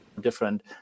different